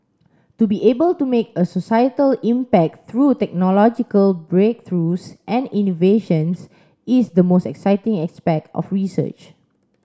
to be able to make a societal impact through technological breakthroughs and innovations is the most exciting aspect of research